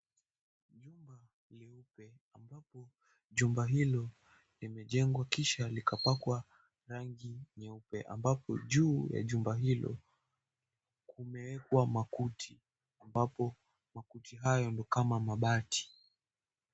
Jumba hili limejengwa kisha likapakwa rangi ya nyeupe. Ambapo juu ya jumba hili, limewekwa makuti, ambapo makuti hayo ni kama mabati.